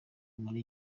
muri